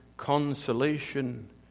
consolation